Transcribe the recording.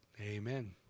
Amen